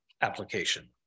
application